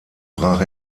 brach